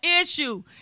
issue